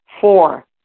Four